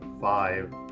five